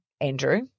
Andrew